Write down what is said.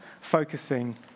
focusing